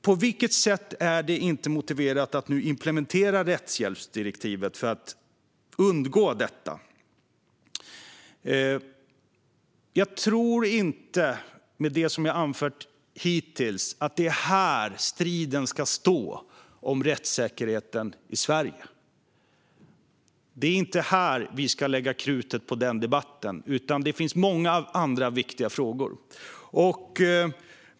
På vilket sätt är det motiverat att inte implementera rättshjälpsdirektivet för att undgå viten? Jag tror inte, med tanke på det som jag har anfört hittills, att det är här striden ska stå om rättssäkerheten i Sverige. Det är inte här vi ska lägga krutet på den debatten. Det finns många andra viktiga frågor.